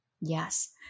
Yes